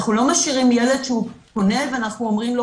אנחנו לא משאירים ילד שהוא פונה ואומרים לו